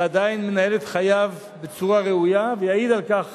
ועדיין מנהל את חייו בצורה ראויה, ותעיד על כך